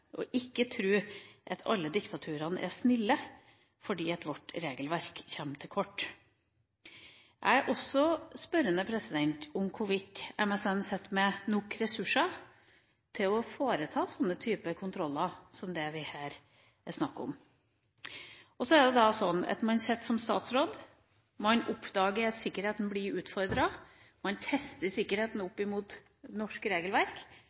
ikke tro at alle diktaturene er snille fordi vårt regelverk kommer til kort. Jeg er også spørrende til hvorvidt NSM sitter med nok ressurser til å foreta slike typer kontroller som vi snakker om her. Så er det da slik at man sitter som statsråd, man oppdager at sikkerheten blir utfordret, man tester sikkerheten opp mot norsk regelverk,